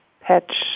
patch